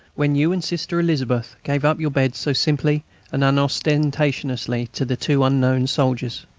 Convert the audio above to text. when you and sister elizabeth gave up your beds so simply and unostentatiously to the two unknown soldiers.